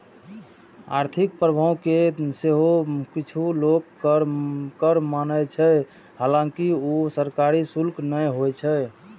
आर्थिक प्रभाव कें सेहो किछु लोक कर माने छै, हालांकि ऊ सरकारी शुल्क नै होइ छै